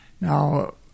Now